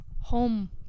home